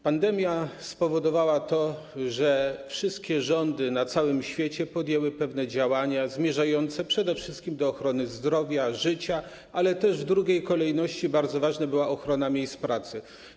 Pandemia spowodowała to, że wszystkie rządy na całym świecie podjęły pewne działania zmierzające przede wszystkim do ochrony zdrowia, życia, ale w drugiej kolejności bardzo ważna była ochrona miejsc pracy.